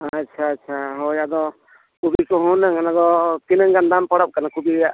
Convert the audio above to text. ᱟᱪᱪᱷᱟ ᱟᱪᱪᱷᱟ ᱦᱳᱭ ᱟᱫᱚ ᱠᱚᱵᱷᱤ ᱠᱚ ᱦᱚᱸ ᱞᱟᱹᱭ ᱢᱮ ᱚᱱᱟ ᱫᱚ ᱛᱤᱱᱟᱹᱝ ᱜᱟᱱ ᱫᱟᱢ ᱯᱟᱲᱟᱜ ᱠᱟᱱᱟ ᱠᱚᱯᱤ ᱨᱮᱭᱟᱜ